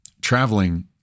traveling